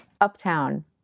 Uptown